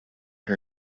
her